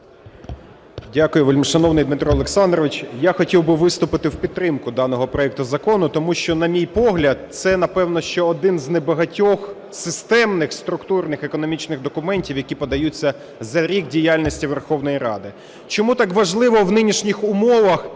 Дякую, вельмишановний Дмитро Олександрович. Я хотів би виступити в підтримку даного проекту Закону, тому що, на мій погляд, це напевно що один з небагатьох системних структурних економічних документів, які подаються за рік діяльності Верховної Ради. Чому так важливо в нинішніх умовах